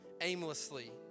aimlessly